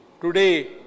Today